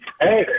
Hey